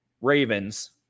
Ravens